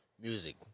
music